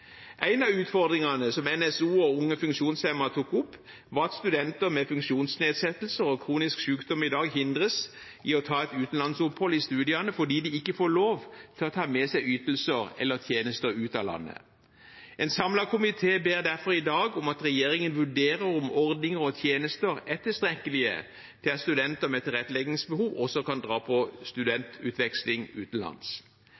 En av utfordringene som NSO og Unge funksjonshemmede tok opp, var at studenter med funksjonsnedsettelser og kronisk sykdom i dag hindres i å ta et utenlandsopphold i studiene fordi de ikke får lov til å ta med seg ytelser eller tjenester ut av landet. En samlet komité ber derfor i dag om at regjeringen vurderer om ordninger og tjenester er tilstrekkelige til at studenter med tilretteleggingsbehov også kan dra på